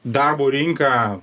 darbo rinka